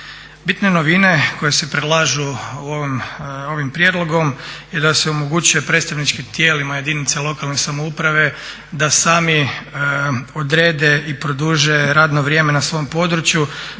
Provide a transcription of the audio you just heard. Bitne novine koje se predlažu ovim prijedlogom je da se omogućuje predstavničkim tijelima jedinice lokalne samouprave da sami odrede i produže radno vrijeme na svom području